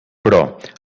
però